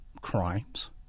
crimes